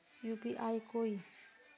UPI कोई